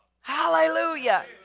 Hallelujah